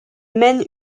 mènent